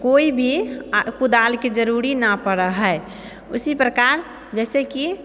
कोइ भी कुदालके जरुरी नहि पड़ै हय इसी प्रकार जैसे कि